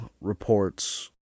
reports